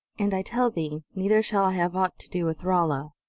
and i tell thee, neither shall i have aught to do with rolla!